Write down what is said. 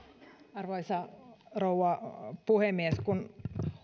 arvoisa rouva puhemies kun